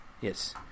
Yes